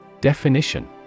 Definition